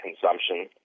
consumption